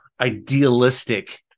idealistic